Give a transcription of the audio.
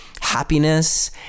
happiness